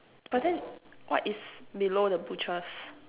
but then what is below the butchers